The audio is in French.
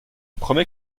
promet